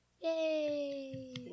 Yay